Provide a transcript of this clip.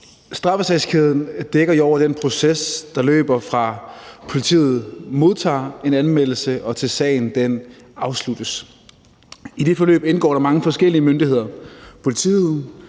Straffesagskæden dækker jo over den proces, der løber, fra politiet modtager en anmeldelse, til sagen afsluttes. I det forløb indgår der mange forskellige myndigheder: Politiet,